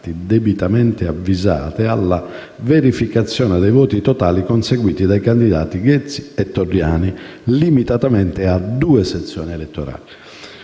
debitamente avvisate, alla verificazione dei voti totali conseguiti dai candidati Ghezzi e Torriani» limitatamente a due sezioni elettorali.